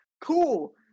Cool